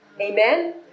Amen